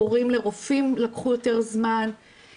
תורים לרופאים לקחו יותר זמן,